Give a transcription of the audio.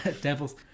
devils